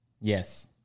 Yes